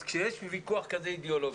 אז כשיש ויכוח כזה אידיאולוגי,